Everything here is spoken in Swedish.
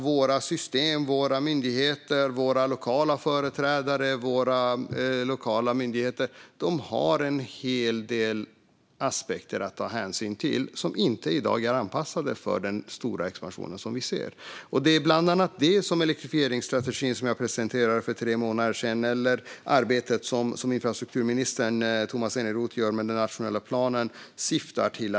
Våra system, våra myndigheter, våra lokala företrädare och våra lokala myndigheter har en hel del aspekter att ta hänsyn till som i dag inte är anpassade för den stora expansion som vi ser. Det är bland annat det elektrifieringsstrategin, som jag presenterade för tre månader sedan, och arbetet som infrastrukturminister Tomas Eneroth gör med den nationella planen syftar till.